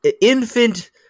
infant